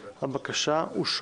הצבעה בעד, 7 הבקשה אושרה.